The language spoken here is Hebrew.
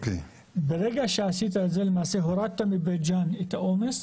ברגע שעשית את זה למעשה הורדת מבית ג'אן את העומס,